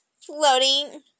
floating